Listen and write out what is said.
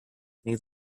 need